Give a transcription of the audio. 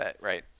Right